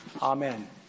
amen